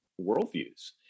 worldviews